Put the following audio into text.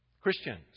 Christians